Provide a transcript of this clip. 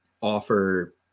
offer